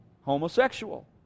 homosexual